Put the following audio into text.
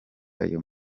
ayo